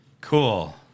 Cool